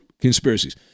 conspiracies